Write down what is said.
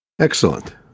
Excellent